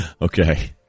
Okay